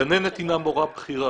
הגננת הינה מורה בכירה.